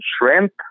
Shrimp